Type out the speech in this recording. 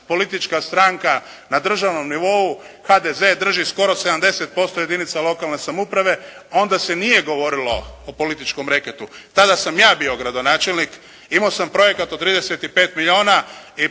politička stranka na državnom nivou HDZ drži skoro 70% jedinica lokalne samouprave, onda se nije govorilo o političkom reketu. Tada sam ja bio gradonačelnik, imao sam projekt od 35 milijuna i